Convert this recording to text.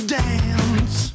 dance